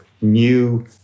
new